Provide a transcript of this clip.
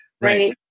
Right